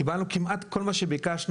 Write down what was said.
קיבלנו כמעט כל מה שביקשנו,